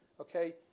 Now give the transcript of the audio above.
Okay